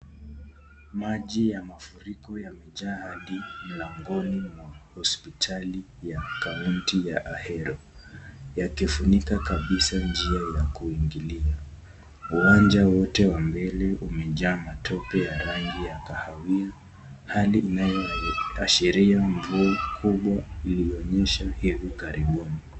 Maji ya mafuriko yamejaa Hadi mlangoni mwa hospitali ya kaunti ya Ahero yakifunika kabisa njia ya kuingilia. Uwanja wote wa mbele imejaa matope ya rangi ya kahawia. Hali inayo ashiria mvua kubwa ilionyesha hivi karibuni.